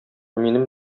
минем